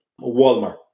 Walmart